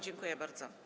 Dziękuję bardzo.